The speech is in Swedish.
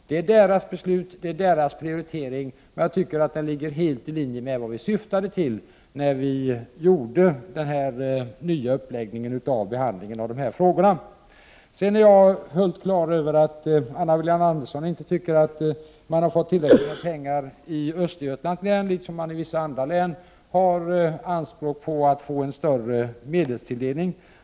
Det är beslut som fattats och planering som gjorts i Stockholms län, och jag tycker att resultatet ligger helt i linje med vad vi syftade till med den nya uppläggningen när det gäller behandlingen av de här frågorna. Jag är helt på det klara med att Anna Wohlin-Andersson tycker att man inte fått tillräckligt med pengar i Östergötlands län, på samma sätt som man i vissa andra län gör anspråk på en större medelstilldelning.